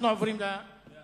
אנחנו עוברים להצבעה.